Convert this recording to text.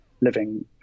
living